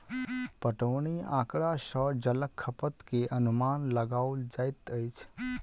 पटौनी आँकड़ा सॅ जलक खपत के अनुमान लगाओल जाइत अछि